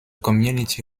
community